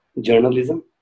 journalism